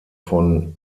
von